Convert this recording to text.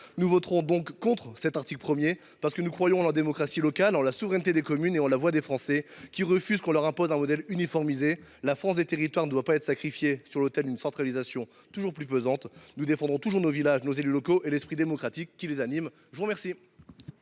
Nous voterons donc contre l’article 1, car nous croyons en la démocratie locale, en la souveraineté des communes et en la voix des Français, qui refusent qu’on leur impose un modèle uniformisé. La France des territoires ne doit pas être sacrifiée sur l’autel d’une centralisation toujours plus pesante. Nous défendrons toujours nos villages, nos élus locaux et l’esprit démocratique qui les anime. La parole